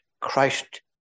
Christ